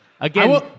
Again